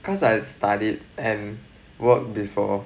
cause I studied and worked before